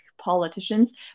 politicians